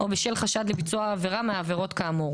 או בשל חשד לביצוע עבירה מהעבירות כאמור,